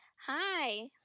Hi